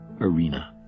arena